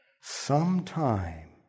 sometime